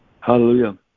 hallelujah